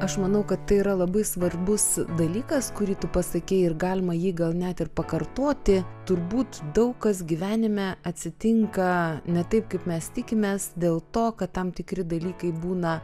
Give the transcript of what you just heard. aš manau kad tai yra labai svarbus dalykas kurį tu pasakei ir galima jį gal net ir pakartoti turbūt daug kas gyvenime atsitinka ne taip kaip mes tikimės dėl to kad tam tikri dalykai būna